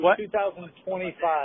2025